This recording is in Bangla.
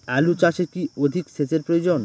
আলু চাষে কি অধিক সেচের প্রয়োজন?